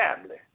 family